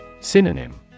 Synonym